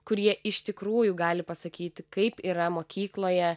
kur jie iš tikrųjų gali pasakyti kaip yra mokykloje